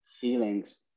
feelings